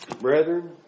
Brethren